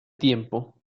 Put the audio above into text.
tiempo